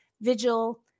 vigil